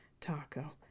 Taco